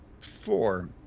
Four